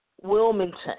Wilmington